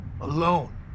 Alone